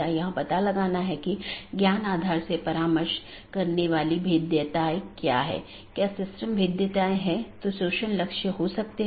एक AS traffic की निश्चित श्रेणी के लिए एक विशेष AS पाथ का उपयोग करने के लिए ट्रैफिक को अनुकूलित कर सकता है